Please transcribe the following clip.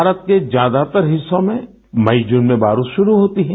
भारत के ज्यादातर हिस्सों में मई जून में बारिश शुरू होती है